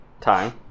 time